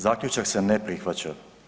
Zaključak se ne prihvaća.